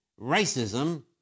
Racism